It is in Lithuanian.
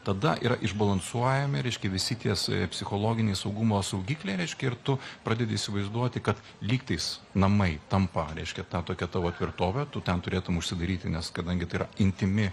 tada yra išbalansuojami reiškia visi ties psichologiniai saugumo saugikliai reiškia ir tu pradedi įsivaizduoti kad lygtais namai tampa reiškia ta tokia tavo tvirtovė tu ten turėtum užsidaryti nes kadangi tai yra intymi